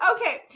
Okay